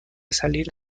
salir